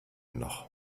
noch